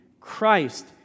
Christ